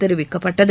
தெரிவிக்கப்பட்டது